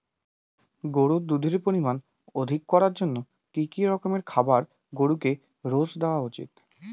গরুর দুধের পরিমান অধিক করার জন্য কি কি রকমের খাবার গরুকে রোজ দেওয়া উচিৎ?